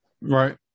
Right